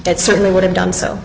that certainly would have done so